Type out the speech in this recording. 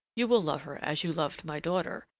you will love her as you loved my daughter,